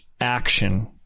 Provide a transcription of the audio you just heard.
action